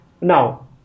Now